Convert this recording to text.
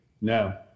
No